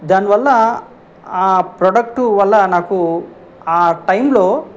దానివల్ల ఆ ప్రోడక్టు వల్ల నాకు ఆ టైంలో